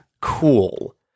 Cool